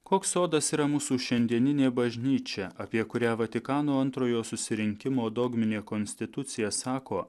koks sodas yra mūsų šiandieninė bažnyčia apie kurią vatikano antrojo susirinkimo dogminė konstitucija sako